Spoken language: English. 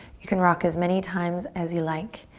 you can rock as many times as you like.